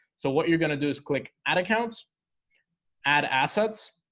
so what you're gonna do is click add accounts add assets